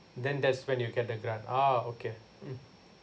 then that's when you get the grant ah okay mmhmm